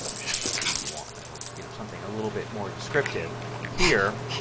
ah sheet one or you know something a little bit more descriptive here